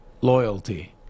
loyalty